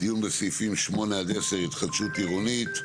דיון בסעיפים 10-8 (התחדשות עירונית)